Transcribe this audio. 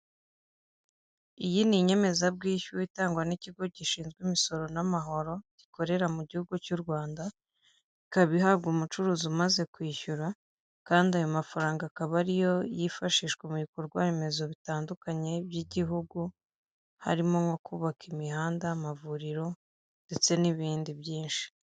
Iyi ni inyemezabwishyu itangwa n'ikigo gishinzwe imisoro n'amahoro gikorera mu gihugu cy'u Rwanda, ikaba ihabwa umucuruzi umaze kwishyura kandi ayo mafaranga akaba ariyo yifashishwa mu bikorwa remezo bitandukanye by'igihugu, harimo nko kubaka imihanda amavuriro ndetse n'ibindi byinshi.